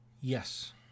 Yes